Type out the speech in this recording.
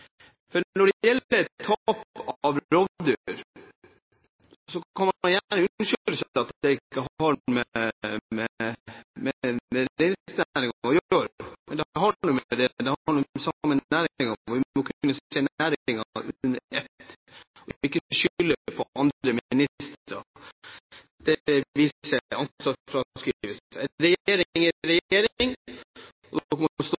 gi? Når det gjelder tap av rovdyr, kan man gjerne unnskylde seg med at det ikke har noe med reindriftsnæringen å gjøre, men det har det, og vi må kunne se næringen under ett og ikke skylde på andre ministre. Det viser ansvarsfraskrivelse. Regjering er